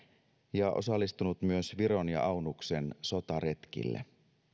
ja osallistunut myös viron ja aunuksen sotaretkille